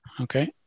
Okay